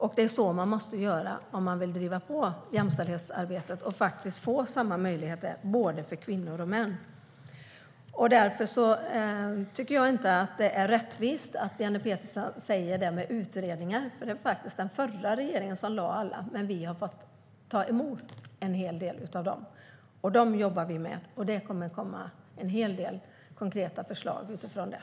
Det är så man måste göra om man vill driva på jämställdhetsarbetet och faktiskt få till samma möjligheter för både kvinnor och män. Därför tycker jag inte att det är rättvist, det som Jenny Petersson säger om utredningar. Det var faktiskt den förra regeringen som lade alla, men vi har fått ta emot en hel del av dem. Dem jobbar vi med, och det kommer att komma en hel del konkreta förslag utifrån det.